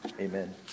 Amen